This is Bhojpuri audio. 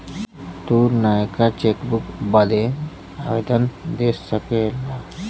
तू नयका चेकबुक बदे आवेदन दे सकेला